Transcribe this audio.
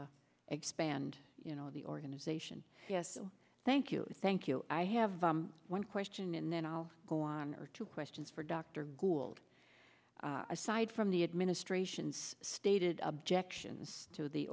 o expand you know the organization yes thank you thank you i have one question and then i'll go on are two questions for dr gold aside from the administration's stated objections to the